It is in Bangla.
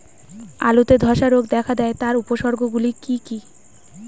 আলুতে ধ্বসা রোগ দেখা দেয় তার উপসর্গগুলি কি কি?